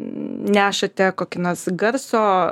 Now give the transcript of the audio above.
nešate kokį nors garso